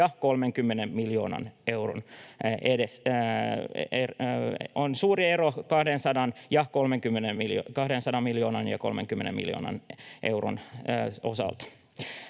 jopa 760 miljoonan euron osalta